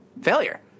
failure